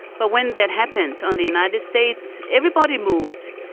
but when that happened on the united states, everybody moved.